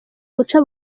guca